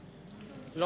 בבקשה.